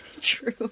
True